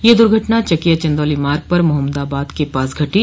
यह दुर्घटना चकिया चन्दौली मार्ग पर मोहम्दाबाद के पास घटी